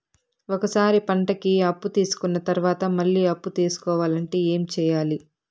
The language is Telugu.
ఒక సారి పంటకి అప్పు తీసుకున్న తర్వాత మళ్ళీ అప్పు తీసుకోవాలంటే ఏమి చేయాలి?